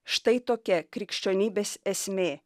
štai tokia krikščionybės esmė